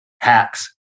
hacks